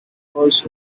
was